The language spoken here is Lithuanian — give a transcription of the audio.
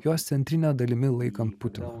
jos centrine dalimi laikant putiną